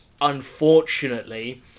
unfortunately